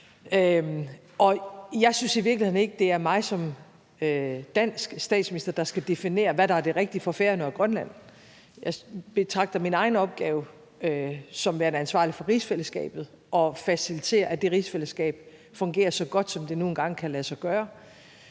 jeg synes i virkeligheden ikke, det er mig som dansk statsminister, der skal definere, hvad der er det rigtige for Færøerne og Grønland. Jeg betragter min egen opgave som værende ansvarlig for rigsfællesskabet og at facilitetere, at det rigsfællesskab fungerer så godt, som det nu engang kan lade sig gøre,